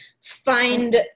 find